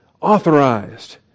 authorized